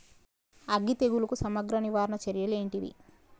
అగ్గి తెగులుకు సమగ్ర నివారణ చర్యలు ఏంటివి?